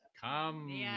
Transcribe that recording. come